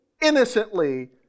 innocently